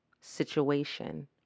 situation